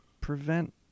prevent